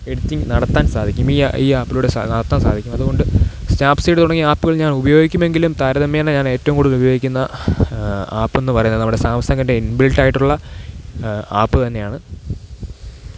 editing നടത്താൻ സാധിക്കും ഈ ഈ ആപ്പിലൂടെ സ നടത്താൻ സാധിക്കും അതുകൊണ്ട് സ്നാപ്പ് സീഡ് തുടങ്ങിയ ആപ്പുകൾ ഞാൻ ഉപയോഗിക്കുമെങ്കിലും താരതമ്യേന ഞാനേറ്റവും കൂടുതൽ ഉപയോഗിക്കുന്ന ആപ്പെന്ന് പറയുന്നത് നമ്മുടെ സാംസങ്ങിൻ്റെ ഇൻബിൽഡായിട്ടുള്ള ആപ്പ് തന്നെയാണ്